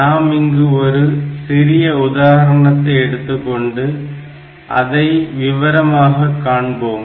நாம் இங்கு ஒரு சிறிய உதாரணத்தை எடுத்துக்கொண்டு அதை விவரமாக காண்போம்